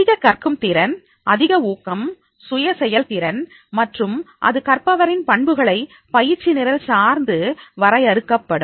அதிக கற்கும் திறன் அதிக ஊக்கம்அதிக சுய செயல்திறன் மற்றும் அது கற்பவரின் பண்புகளை பயிற்சி நிரல் சார்ந்து வரையறுக்கப்படும்